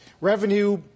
Revenue